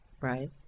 Right